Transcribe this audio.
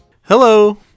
Hello